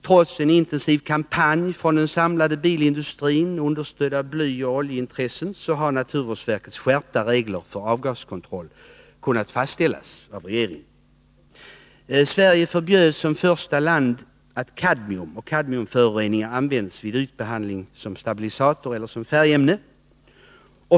Trots en intensiv kampanj från den samlade bilindustrin, understödd av blyoch oljeintressen, har naturvårdsverkets skärpta regler för avgaskontroll kunnat fastställas av regeringen. Sverige förbjöd som första land att kadmium och kadmiumföreningar används vid ytbehandling, som stabilisator eller som färgämne.